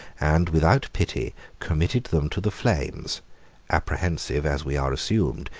and without pity, committed them to the flames apprehensive, as we are assumed,